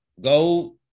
Go